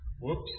Whoops